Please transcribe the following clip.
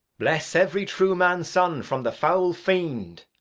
bless every true man's son from the foul fiend.